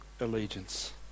allegiance